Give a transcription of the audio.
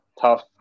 tough